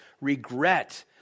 regret